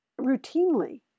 Routinely